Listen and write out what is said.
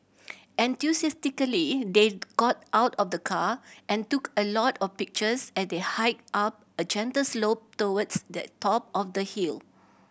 enthusiastically they got out of the car and took a lot of pictures as they hiked up a gentle slope towards the top of the hill